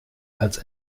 als